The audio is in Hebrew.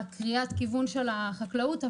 קריאת הכיוון של החקלאות,